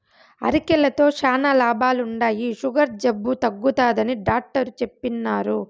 అరికెలతో శానా లాభాలుండాయి, సుగర్ జబ్బు తగ్గుతాదని డాట్టరు చెప్పిన్నారు